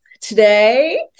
today